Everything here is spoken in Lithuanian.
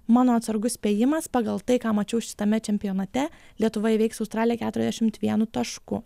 mano atsargus spėjimas pagal tai ką mačiau šitame čempionate lietuva įveiks australiją keturiasdešim vienu tašku